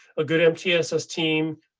a good mtss team.